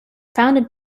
founded